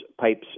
pipes